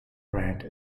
brand